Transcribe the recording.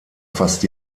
fast